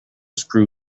screw